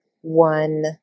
one